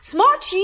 Smart